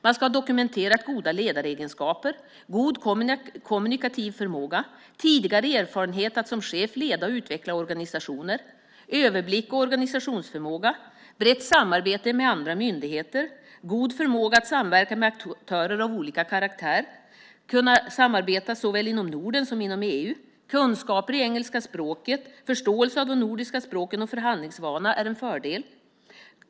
Man ska ha dokumenterat goda ledaregenskaper, god kommunikativ förmåga, tidigare erfarenhet att som chef leda och utveckla organisationer, överblick och organisationsförmåga, brett samarbete med andra myndigheter och god förmåga att samverka med aktörer av olika karaktär. Man ska kunna samarbeta såväl inom Norden som inom EU och ha kunskaper i engelska språket. Förståelse av de nordiska språken och förhandlingsvana är en fördel.